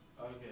Okay